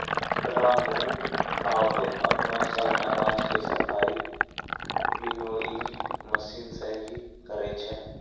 रामू आबॅ अपनो सब अनाज के सफाई विनोइंग मशीन सॅ हीं करै छै